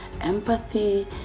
empathy